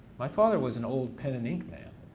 my father was an old pen and ink man.